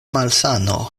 malsano